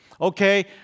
Okay